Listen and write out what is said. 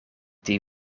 die